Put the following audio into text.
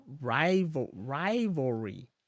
rivalry